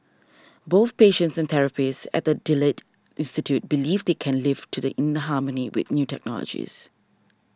both patients and therapists at the Delete Institute believe they can live in harmony with the new technologies